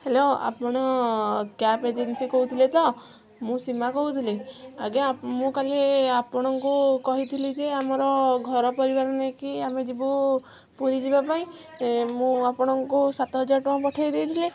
hello ଆପଣ cab ଏଞ୍ଜେନସିରୁ କହୁଥିଲେ ତ ମୁଁ ସୀମା କହୁଥିଲି ଆଜ୍ଞା ମୁଁ କାଲି ଆପଣଙ୍କୁ କହିଥିଲି ଯେ ଆମର ଘର ପରିବାର ନେଇକି ଆମେ ଯିବୁ ପୁରୀ ଯିବା ପାଇଁ ମୁଁ ଆପଣଙ୍କୁ ସାତ ହଜାର ଟଙ୍କା ପଠାଇ ଦେଇଥିଲି